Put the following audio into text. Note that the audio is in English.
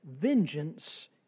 vengeance